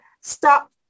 Stop